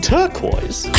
Turquoise